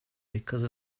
because